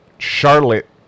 charlotte